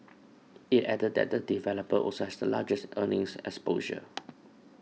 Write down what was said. it added that the developer also has the largest earnings exposure